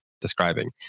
describing